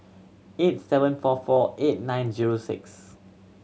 eight seven four four eight nine zero six